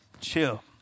chill